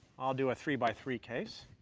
i'll do a three by three case.